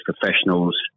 professionals